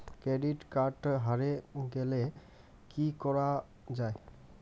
Credit card হারে গেলে কি করা য়ায়?